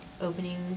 opening